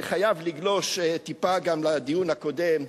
אני חייב לגלוש טיפה גם לדיון הקודם.